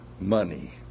money